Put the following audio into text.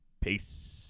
peace